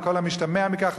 על כל המשתמע מכך,